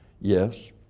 Yes